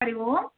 Hari Om